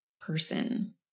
person